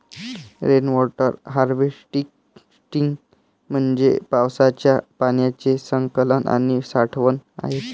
rain water harvesting म्हणजे पावसाच्या पाण्याचे संकलन आणि साठवण आहे